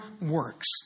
works